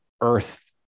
earth